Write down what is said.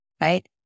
right